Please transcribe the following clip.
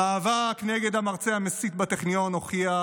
המאבק נגד המרצה המסית בטכניון הוכיח